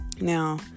Now